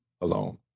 alone